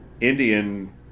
Indian